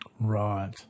Right